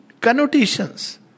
connotations